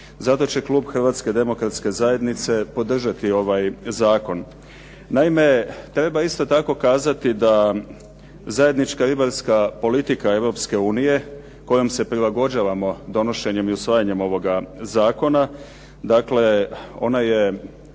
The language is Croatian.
Zato će klub Hrvatske demokratske zajednice podržati ovaj zakon. Naime, treba isto tako kazati da zajednička ribarska politika Europske unije kojom se prilagođavamo donošenjem i usvajanjem ovoga zakona, dakle ona je